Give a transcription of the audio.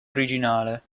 originale